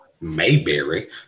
Mayberry